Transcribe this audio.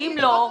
ואם לא?